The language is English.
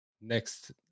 next